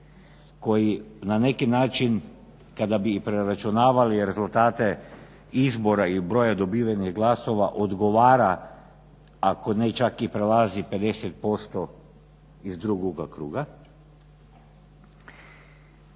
koji na neki način kada bi preračunavali rezultate izbora i broja dobivenih glasova odgovara ako ne čak i prelazi 50% iz drugoga kruga.